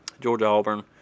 Georgia-Auburn